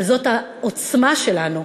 אבל זאת העוצמה שלנו,